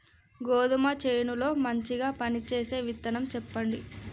గోధుమ చేను లో మంచిగా పనిచేసే విత్తనం చెప్పండి?